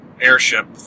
airship